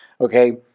Okay